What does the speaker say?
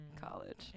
College